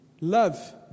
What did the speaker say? Love